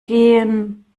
gehen